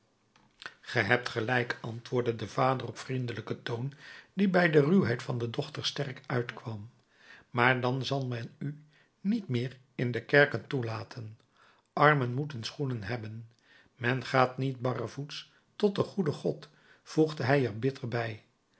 ge hebt gelijk antwoordde de vader op vriendelijken toon die bij de ruwheid van de dochter sterk uitkwam maar dan zal men u niet meer in de kerken toelaten armen moeten schoenen hebben men gaat niet barrevoets tot den goeden god voegde hij er bitter bij